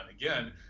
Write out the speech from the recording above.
again